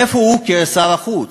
איפה הוא כשר החוץ?